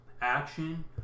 action